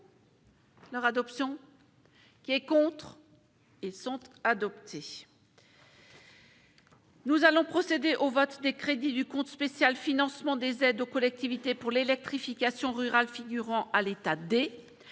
Leur adoption qui est contre et sont adopté. Nous allons procéder au vote des crédits du compte spéciale Financement des aides aux collectivités pour l'électrification rurale figurant à l'état D,